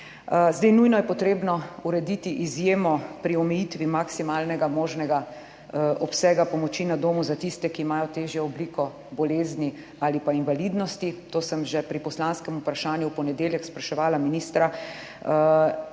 Zdaj nujno je potrebno urediti izjemo pri omejitvi maksimalnega možnega obsega pomoči na domu za tiste, ki imajo težjo obliko bolezni ali pa invalidnosti. To sem že pri poslanskem vprašanju v ponedeljek spraševala ministra.